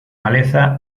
maleza